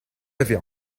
avez